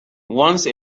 once